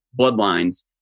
bloodlines